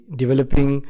developing